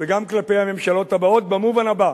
וגם כלפי הממשלות הבאות, במובן הבא: